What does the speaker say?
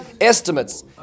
estimates